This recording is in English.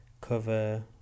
cover